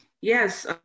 Yes